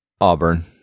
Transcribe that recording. Auburn